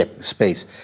space